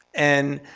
and